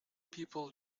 people